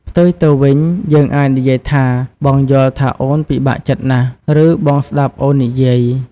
ផ្ទុយទៅវិញ យើងអាចនិយាយថា បងយល់ថាអូនពិបាកចិត្តណាស់ ឬ បងស្តាប់អូននិយាយ។